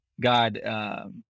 God